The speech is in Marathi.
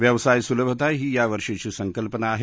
व्यवसाय सुलभता ही यावर्षीची संकल्पना आहे